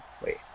Wait